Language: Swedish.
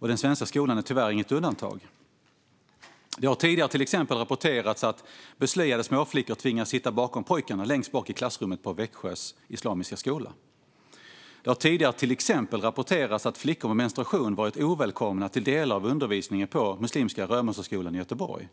Den svenska skolan är tyvärr inget undantag. Det har tidigare till exempel rapporterats att beslöjade småflickor tvingats sitta bakom pojkarna längst bak i klassrummet på Växjö Islamiska Skola. Det har rapporterats att flickor med menstruation varit ovälkomna till delar av undervisningen på muslimska Römosseskolan i Göteborg.